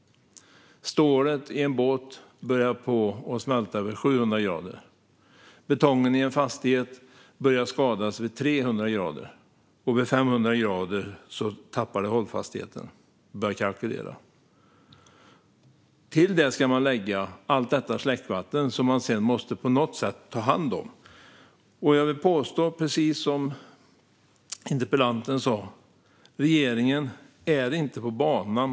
Stålet i en båt börjar smälta vid 700 grader. Betongen i en fastighet börjar skadas vid 300 grader, och vid 500 grader tappar den hållfastheten och börjar krackelera. Till detta ska man lägga allt släckvatten som man sedan på något sätt måste ta hand om. Jag vill påstå, precis som interpellanten, att regeringen inte är på banan.